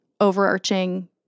overarching